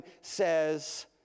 says